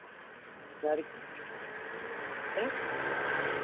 घर आँय